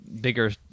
bigger